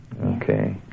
Okay